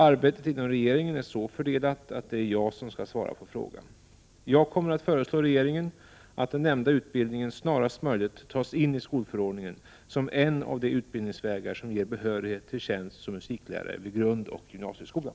Arbetet inom regeringen är så fördelat att det är jag som skall svara på frågan. Jag kommer att föreslå regeringen att den nämnda utbildningen snarast möjligt tas in i skolförordningen som en av de utbildningsvägar som ger behörighet till tjänst som musiklärare vid grundoch gymnasieskolan.